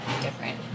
different